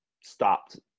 stopped